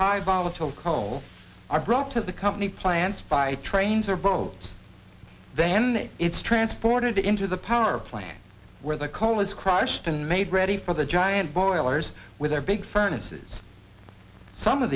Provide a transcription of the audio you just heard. high volatile coal are brought to the company plants by trains or boats then it's transported into the power plant where the coal is crushed and made ready for the giant boilers with their big furnace is some of